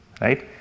right